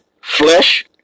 flesh